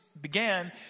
Began